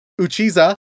Uchiza